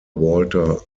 walter